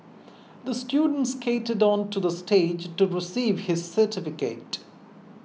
the student skated onto the stage to receive his certificate